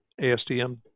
ASTM